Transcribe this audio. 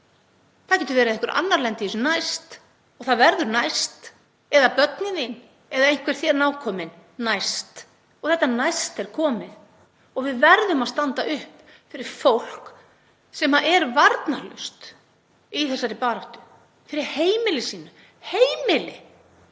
Það getur verið að einhver annar lendi í þessu næst og það verður næst, börnin þín eða einhver nákominn gæti verið næst. Og þetta næst er komið og við verðum að standa upp fyrir fólk sem er varnarlaust í þessari baráttu fyrir heimili sínu, fyrir